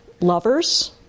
lovers